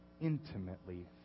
intimately